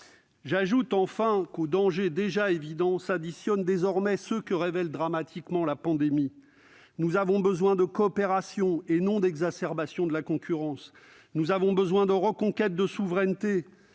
J'ajoute enfin qu'aux dangers déjà évidents s'additionnent désormais ceux que révèle dramatiquement la pandémie. Nous avons besoin de coopération et non d'exacerbation de la concurrence. Nous avons besoin de reconquérir de la souveraineté,